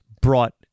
brought